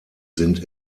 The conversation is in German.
sind